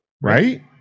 right